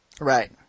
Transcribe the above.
Right